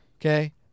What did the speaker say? Okay